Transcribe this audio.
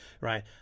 right